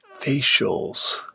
Facials